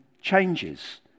changes